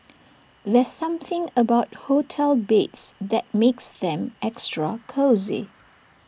there's something about hotel beds that makes them extra cosy